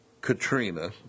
Katrina